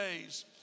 days